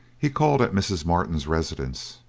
he called at mrs. martin's residence,